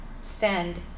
send